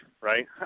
right